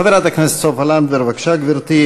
חברת הכנסת סופה לנדבר, בבקשה, גברתי.